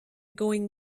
going